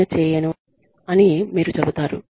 నేను చేయను అని మీరు చెబుతారు